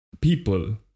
people